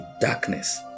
darkness